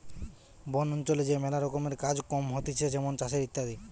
বন অঞ্চলে যে ম্যালা রকমের কাজ কম হতিছে যেমন চাষের ইত্যাদি